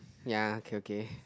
ya okay okay